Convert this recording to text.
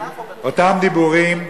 אותם דיבורים,